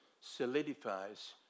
solidifies